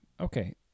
Okay